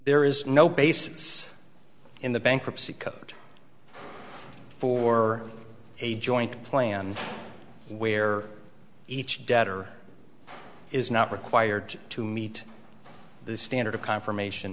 there is no basis in the bankruptcy code for a joint plan where each debtor is not required to meet the standard of confirmation